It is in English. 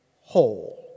whole